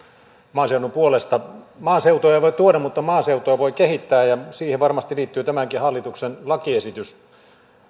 maaseudun puolesta maaseutua ei voi tuoda mutta maaseutua voi kehittää ja siihen varmasti liittyy tämäkin hallituksen lakiesitys